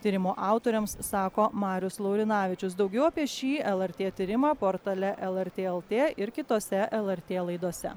tyrimo autoriams sako marius laurinavičius daugiau apie šį lrt tyrimą portale lrt lt ir kitose lrt laidose